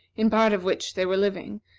in part of which they were living,